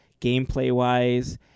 gameplay-wise